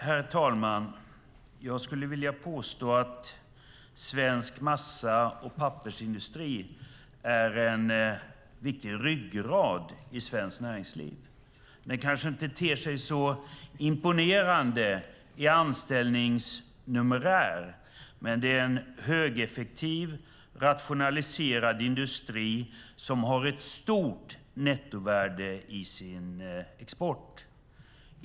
Herr talman! Jag skulle vilja påstå att svensk massa och pappersindustri är en viktig ryggrad i svenskt näringsliv. Den kanske inte ter sig så imponerande i anställningsnumerär, men det är en högeffektiv och rationaliserad industri som har ett stort nettovärde i sin export.